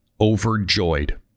overjoyed